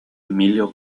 emilio